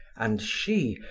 and she,